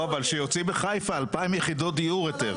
אבל שיוציא בחיפה 2,000 יחידו דיור היתר,